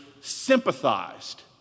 sympathized